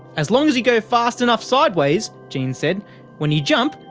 as long as you go fast enough sideways jean said when you jump,